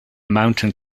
mountain